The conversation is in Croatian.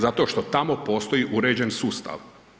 Zato što tamo postoji uređen sustav.